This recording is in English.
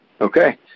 Okay